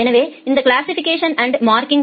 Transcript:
எனவே இந்த classification and marking